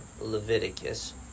Leviticus